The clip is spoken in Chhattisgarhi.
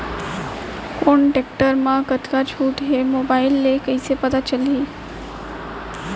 कोन टेकटर म कतका छूट हे, मोबाईल ले कइसे पता चलही?